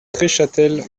treschâtel